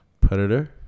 Predator